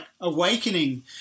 awakening